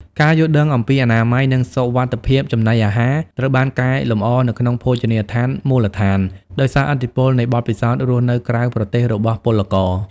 ការយល់ដឹងអំពីអនាម័យ និងសុវត្ថិភាពចំណីអាហារត្រូវបានកែលម្អនៅក្នុងភោជនីយដ្ឋានមូលដ្ឋាន ដោយសារឥទ្ធិពលនៃបទពិសោធន៍រស់នៅក្រៅប្រទេសរបស់ពលករ។